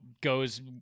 goes